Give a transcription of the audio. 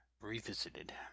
revisited